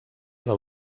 del